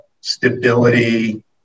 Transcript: stability